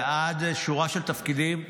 ועד שורה של תפקידים,